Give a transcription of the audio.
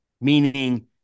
meaning